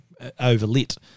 overlit